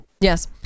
Yes